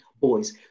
boys